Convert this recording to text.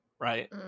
right